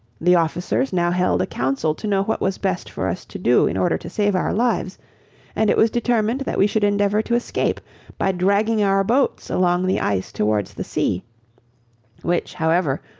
the officers now held a council to know what was best for us to do in order to save our lives and it was determined that we should endeavour to escape by dragging our boats along the ice towards the sea which, however,